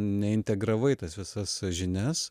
neintegravai tas visas žinias